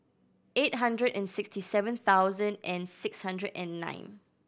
eight hundred and sixty seven thousand and six hundred and nine